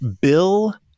Bill